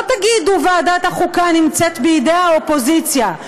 לא תגידו שוועדת החוקה נמצאת בידי האופוזיציה.